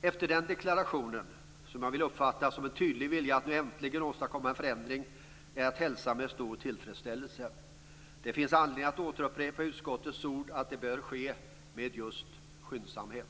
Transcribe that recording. Jag hälsar den deklarationen, som jag vill uppfatta som en tydlig vilja att nu äntligen åstadkomma en förändring, med stor tillfredsställelse. Det finns anledning att återupprepa utskottets ord att det bör ske med just skyndsamhet.